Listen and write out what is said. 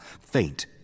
faint